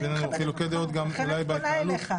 -- ויש בינינו חילוקי דעות אולי בהתנהלות --- לכן אני פונה אליך.